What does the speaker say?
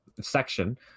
section